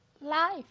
life